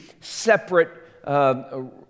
separate